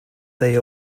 they